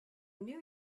knew